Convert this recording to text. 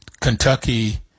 Kentucky